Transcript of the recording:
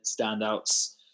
standouts